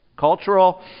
Cultural